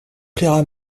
plaira